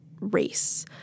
race